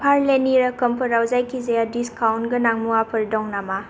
पारलेनि रोखोमफोराव जायखिजाया डिसकाउन्ट गोनां मुवाफोर दं नामा